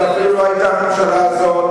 זו אפילו לא היתה הממשלה הזאת,